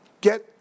get